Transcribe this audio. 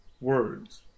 words